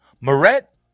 Moret